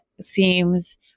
seems